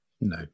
No